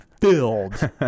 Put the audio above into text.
filled